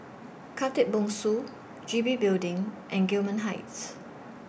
Khatib Bongsu G B Building and Gillman Heights